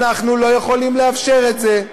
אנחנו לא יכולים לאפשר את זה.